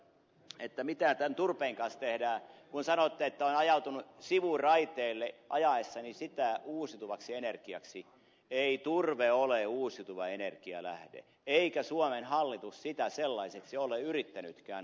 kärkkäinen mitä tämän turpeen kanssa tehdään kun sanoitte että olen ajautunut sivuraiteelle ajaessani sitä uusiutuvaksi energiaksi ei turve ole uusiutuva energialähde eikä suomen hallitus sitä sellaiseksi ole yrittänytkään ajaa